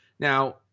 Now